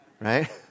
right